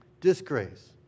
Disgrace